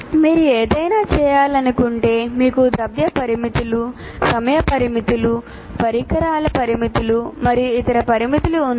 మీరు ఏదైనా చేయాలనుకుంటే మీకు ద్రవ్య పరిమితులు సమయ పరిమితులు పరికరాల పరిమితులు మరియు ఇతర పరిమితులు ఉన్నాయి